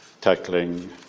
tackling